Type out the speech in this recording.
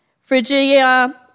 Phrygia